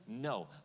no